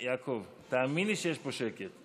יעקב, תאמין לי שיש פה שקט.